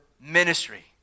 ministry